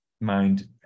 mind